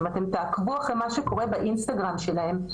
אם אתן תעקבו אחרי מה שקורה באינסטגרם שלהן,